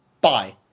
Bye